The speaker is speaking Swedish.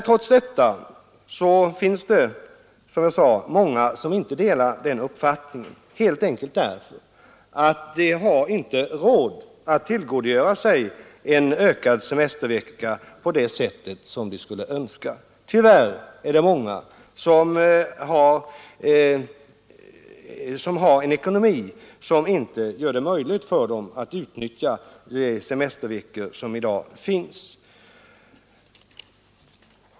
Trots detta finns det, som jag sade, många som inte delar den uppfattningen, helt enkelt därför att de inte har råd att tillgodogöra sig en ökad semester på det sätt de skulle önska. Tyvärr är det många som har en ekonomi som inte gör det möjligt för dem att utnyttja de semesterveckor som i dag finns.